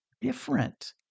different